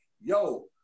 yo